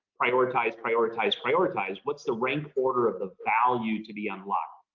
prioritize, prioritize, prioritize, what's the rank order of the value to be unlocked.